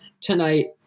tonight